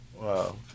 Wow